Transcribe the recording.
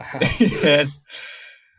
Yes